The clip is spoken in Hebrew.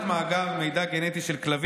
תדון בהצעת חוק הקמת מאגר מידע גנטי של כלבים,